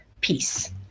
peace